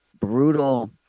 brutal